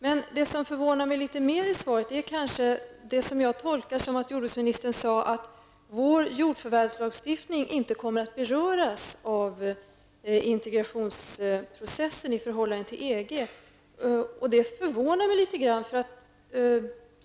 Men det som förvånar mig litet mer är det jordbruksministern sade om att vår jordförvärvslagstiftning inte kommer att beröras av integrationsprocessen i förhållande till EG. Det förvånar mig litet grand.